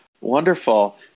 Wonderful